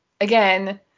again